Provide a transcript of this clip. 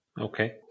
Okay